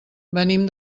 venim